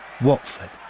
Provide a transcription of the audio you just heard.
Watford